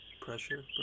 pressure